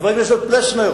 חבר הכנסת פלסנר.